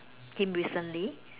him recently